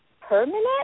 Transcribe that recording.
permanent